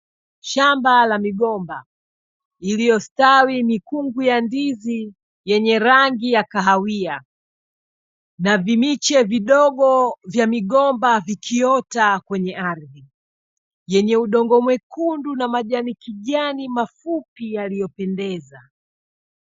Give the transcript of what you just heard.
Shamba la migomba iliyostawi mikungu ya ndizi yenye rangi ya kahawia , navimiche vidogo vya migomba vikiota kwenye ardhi, yenye udongo mwekundu na majani kijani mafupi yaliyopendeza.